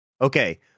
Okay